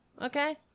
Okay